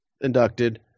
inducted